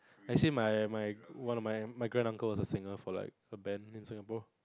actually my my one of my my granduncle was a singer for like a band in Singapore